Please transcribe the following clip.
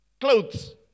clothes